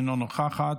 אינה נוכחת,